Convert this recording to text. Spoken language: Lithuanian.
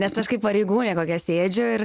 nes aš kaip pareigūnė kokia sėdžiu ir